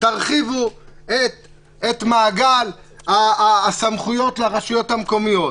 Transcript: תרחיבו את מעגל הסמכויות לרשויות המקומיות.